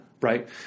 right